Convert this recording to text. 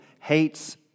hates